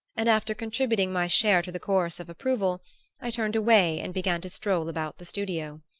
and after contributing my share to the chorus of approval i turned away and began to stroll about the studio.